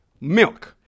Milk